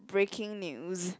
breaking news